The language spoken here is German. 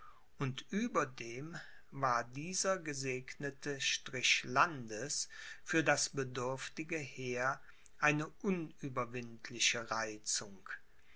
und überdem war dieser gesegnete strich landes für das bedürftige heer eine unüberwindliche reizung